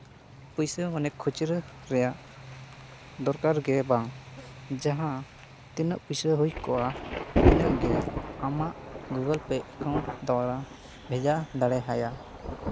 ᱯᱩᱭᱥᱟᱹ ᱢᱟᱱᱮ ᱠᱷᱩᱪᱨᱟᱹ ᱨᱮᱭᱟᱜ ᱫᱚᱨᱠᱟᱨ ᱜᱮ ᱵᱟᱝ ᱡᱟᱦᱟᱸ ᱛᱤᱱᱟᱹᱜ ᱯᱩᱭᱥᱟᱹ ᱦᱩᱭ ᱠᱚᱜᱼᱟ ᱤᱱᱟᱹᱜ ᱜᱮ ᱟᱢᱟᱜ ᱜᱩᱜᱩᱞ ᱯᱮ ᱮᱹᱠᱟᱣᱩᱱᱴ ᱫᱚᱣᱨᱟ ᱵᱷᱮᱡᱟ ᱫᱟᱲᱮ ᱟᱭᱟ